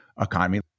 economy